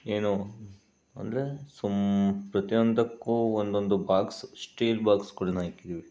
ಏನು ಅಂದರೆ ಸುಮ್ ಪ್ರತಿಯೊಂದಕ್ಕೂ ಒಂದೊಂದು ಬಾಕ್ಸ್ ಸ್ಟೀಲ್ ಬಾಕ್ಸ್ಗಳನ್ನ ಇಟ್ಟಿದ್ದೀವಿ